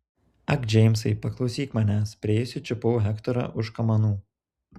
ak džeimsai paklausyk manęs priėjusi čiupau hektorą už kamanų